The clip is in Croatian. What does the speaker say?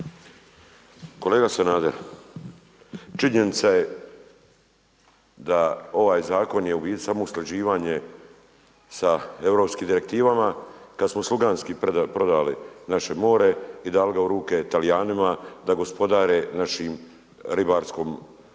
Kolega Sanader, činjenica je da ovaj zakon je u biti samo usklađivanje sa europskim direktivama, kad smo sluganski prodali naše more i dali ga u ruke Talijanima da gospodare našim ribarenjem i da